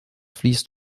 fließt